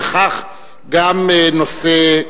וכך גם ההצבעה.